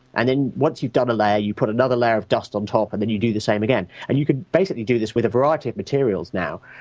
and once you've done a layer, you put another layer of dust on top and then you do the same again and you can basically do this with a variety of materials now,